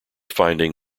finding